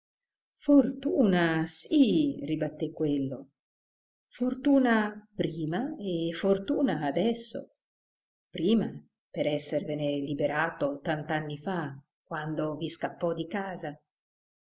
fortuna sì ribatté quello fortuna prima e fortuna adesso prima per esservene liberato tant'anni fa quando vi scappò di casa